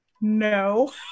No